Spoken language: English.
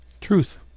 Truth